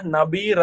Nabi